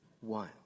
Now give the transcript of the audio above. one